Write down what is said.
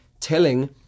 telling